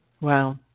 Wow